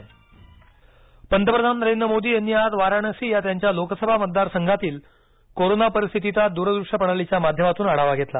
पंतप्रधान वाराणसी पंतप्रधान नरेंद्र मोदी यांनी आज वाराणसी या त्यांच्या लोकसभा मतदारसंघातील कोरोना परिस्थितीचा दूरदृश्य प्रणालीच्या माध्यमातून आढावा घेतला